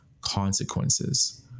consequences